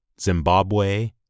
Zimbabwe